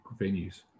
venues